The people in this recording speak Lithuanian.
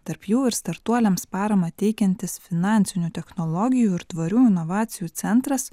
tarp jų ir startuoliams paramą teikiantis finansinių technologijų ir tvarių inovacijų centras